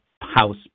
House